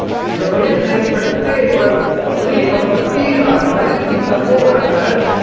रमेश ने पट्टे पर अपनी संपत्ति का मालिक सीता को बनाया है